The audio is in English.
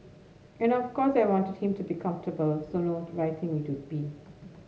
and of course I wanted him to be comfortable so no writing it would be